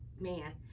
man